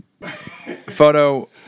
photo